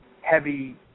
heavy